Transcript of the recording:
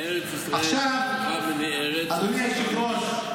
ארץ ישראל --- אדוני היושב-ראש,